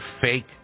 fake